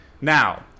Now